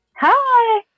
Hi